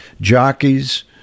jockeys